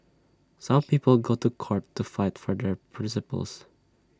some people go to court to fight for their principles